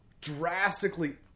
drastically